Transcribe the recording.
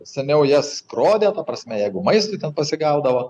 seniau jas skrodę ta prasme jeigu maistui ten pasigaudavo